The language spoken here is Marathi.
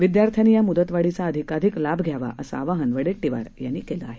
विद्यार्थ्यांनी या मूदतवाढीचा अधिकाधिक लाभ घ्यावा असं आवाहन वडेट्टीवार यांनी केलं आहे